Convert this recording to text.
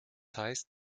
heißt